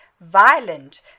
violent